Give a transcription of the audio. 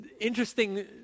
interesting